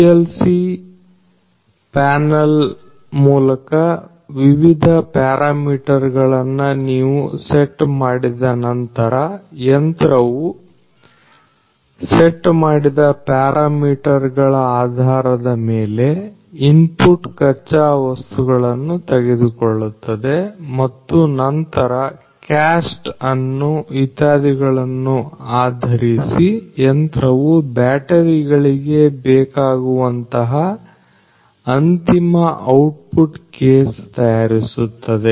PLC panel ಮೂಲಕ ವಿವಿಧ parameter ಗಳನ್ನು ನೀವು ಸೆಟ್ ಮಾಡಿದ ನಂತರ ಯಂತ್ರವು ಸೆಟ್ ಮಾಡಿದ ಪ್ಯಾರಾ ಮೀಟರ್ ಗಳ ಆಧಾರದ ಮೇಲೆ ಇನ್ಪುಟ್ ಕಚ್ಚಾ ವಸ್ತುಗಳನ್ನು ತೆಗೆದುಕೊಳ್ಳುತ್ತದೆ ಮತ್ತು ನಂತರ ಕ್ಯಾಸ್ಟ್ ಅನ್ನು ಇತ್ಯಾದಿಗಳನ್ನು ಆಧರಿಸಿ ಯಂತ್ರವು ಬ್ಯಾಟರಿಗಳಿಗೆ ಬೇಕಾಗಿರುವಂತಹ ಅಂತಿಮ ಔಟ್ ಪುಟ್ ಕೇಸ್ ತಯಾರಿಸುತ್ತದೆ